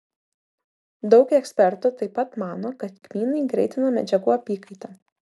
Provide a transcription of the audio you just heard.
daug ekspertų taip pat mano kad kmynai greitina medžiagų apykaitą